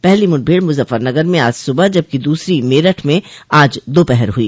पहली मुठभेड़ मुजफ्फरनगर में आज सुबह जबकि दूसरी मेरठ में आज दोपहर हुई